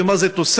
ומה זה תוספת.